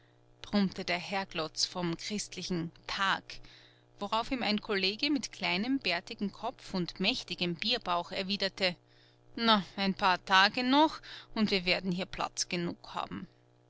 brummte der herglotz vom christlichen tag worauf ihm ein kollege mit kleinem bärtigem kopf und mächtigem bierbauch erwiderte na ein paar tage noch und wir werden hier platz genug haben